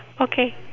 Okay